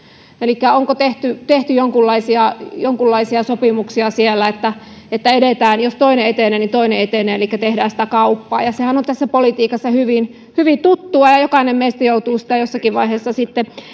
elikkä onko tehty jonkunlaisia jonkunlaisia sopimuksia siellä että että jos toinen etenee niin toinenkin etenee elikkä tehdään sitä kauppaa sehän on tässä politiikassa hyvin hyvin tuttua ja ja jokainen meistä joutuu sitä jossakin vaiheessa sitten